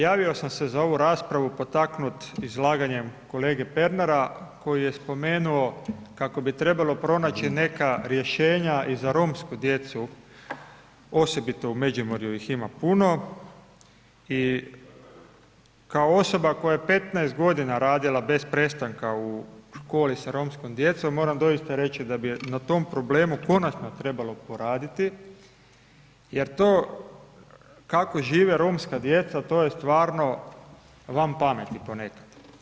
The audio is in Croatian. Javio sam se za ovu raspravu potaknut izlaganjem kolege Pernara koji je spomenuo kako bi trebalo pronaći neka rješenja i za romsku djecu osobito u Međimurju ih ima puno i kao osoba koja je 15 godina radila bez prestanka u školi sa romskom djecom, moram doista reći da bi na tom problemu konačno trebalo poraditi jer to kako žive romska djeca, to je stvarno van pameti ponekad.